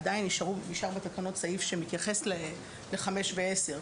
עדיין נשאר בתקנות סעיף שמתייחס לחמש ועשר,